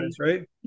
right